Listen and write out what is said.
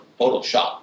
photoshopped